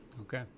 okay